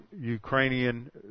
Ukrainian